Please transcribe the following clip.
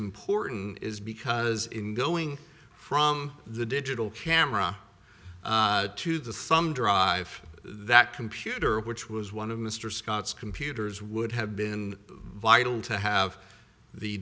important is because in going from the digital camera to the thumb drive that computer which was one of mr scott's computers would have been vital to have the